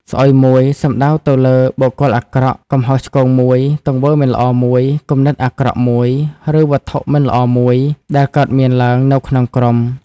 ស្អុយមួយ សំដៅទៅលើ បុគ្គលអាក្រក់ កំហុសឆ្គងមួយ ទង្វើមិនល្អមួយ គំនិតអាក្រក់មួយ ឬ វត្ថុមិនល្អមួយ ដែលកើតមានឡើងនៅក្នុងក្រុម។